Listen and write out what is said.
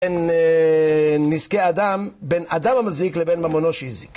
בין נזקי האדם, בין אדם המזיק לבין ממונו שהזיק